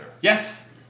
yes